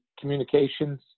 communications